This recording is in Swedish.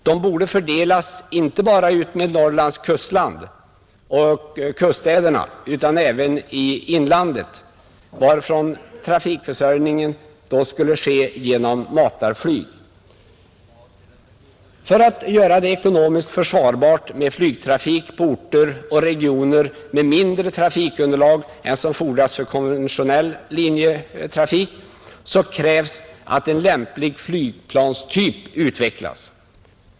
De borde fördelas inte bara mellan Norrlands kuststäder utan även i inlandet, varifrån trafikförsörjningen då skulle ordnas genom matarflyg. För att göra det ekonomiskt försvarbart med flygtrafik på orter och regioner med mindre trafikunderlag än som fordras för konventionell linjetrafik krävs att en lämplig flygplanstyp utvecklas.